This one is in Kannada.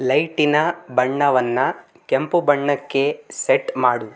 ಲೈಟಿನ ಬಣ್ಣವನ್ನ ಕೆಂಪು ಬಣ್ಣಕ್ಕೆ ಸೆಟ್ ಮಾಡು